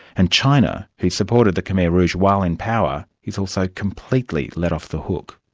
and china, who supported the khmer rouge while in power, is also completely let off the hook.